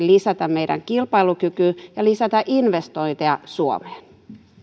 lisätä meidän kilpailukykyämme ja lisätä investointeja suomeen